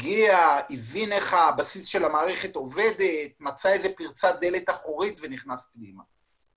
שהבין איך המערכת עובדת מצא פרצה דרך דלת אחורית ונכנס פנימה.